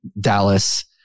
Dallas